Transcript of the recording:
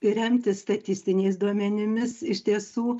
remtis statistiniais duomenimis iš tiesų